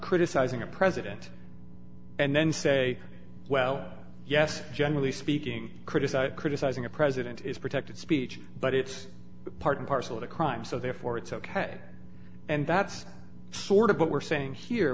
criticizing a president and then say well yes generally speaking criticize criticizing a president is protected speech but it's part and parcel of a crime so therefore it's ok and that's sort of what we're saying here